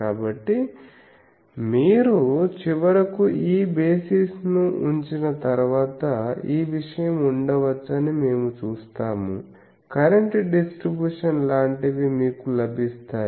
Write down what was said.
కాబట్టి మీరు చివరకు ఈ బేసిస్ ను ఉంచిన తర్వాత ఈ విషయం ఉండవచ్చని మేము చూస్తాము కరెంట్ డిస్ట్రిబ్యూషన్ లాంటివి మీకు లభిస్తాయి